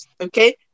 Okay